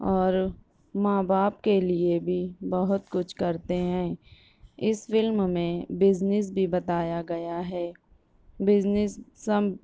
اور ماں باپ کے لیے بھی بہت کچھ کرتے ہیں اس فلم میں بزنس بھی بتایا گیا ہے بزنس سم